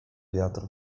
wiatr